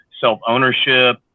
self-ownership